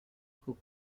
who